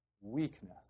weakness